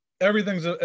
Everything's